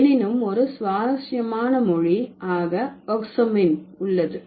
எனினும் ஒரு சுவாரஸ்யமான மொழி ஆக ஒக்ஸாப்மின் உள்ளது